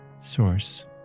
source